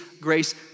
grace